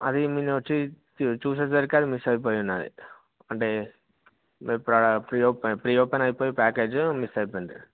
అది మీను వచ్చి చూసేసరికి అది మిస్ అయిపోయి ఉన్నది అంటే మీ ప్రీ ప్రీ ఓపెన్ అయిపోయి ప్యాకేజ్ మిస్ అయిపోయింది